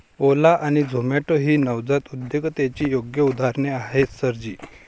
ओला आणि झोमाटो ही नवजात उद्योजकतेची योग्य उदाहरणे आहेत सर जी